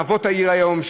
אבות העיר היום,